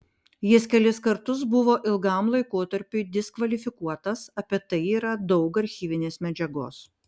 jis kelis kartus buvo ilgam laikotarpiui diskvalifikuotas apie tai yra daug archyvinės medžiagos